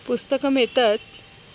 पुस्तकम् एतत्